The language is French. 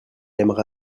aimera